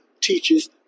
teaches